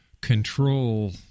control